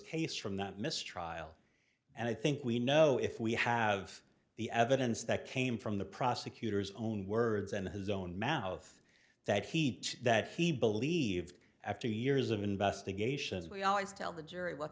case from that mistrial and i think we know if we have the evidence that came from the prosecutor's own words and his own mouth that heat that he believes after years of investigations we always tell the jury what